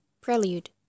Prelude